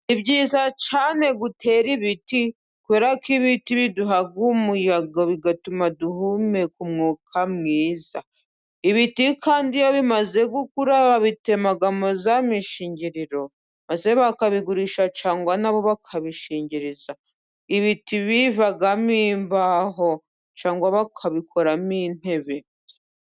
Ni byiza cyane gutera ibiti ,kubera ko ibiti biduha umuyaga bigatuma duhumeka umwuka mwiza. Ibiti kandi iyo bimaze gukura babitemamo za mishingiriro maze bakabigurisha ,cyangwa na bo bakabishingiriza. Ibiti bivamo imbaho cyangwa bakabikoramo intebe.